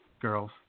girls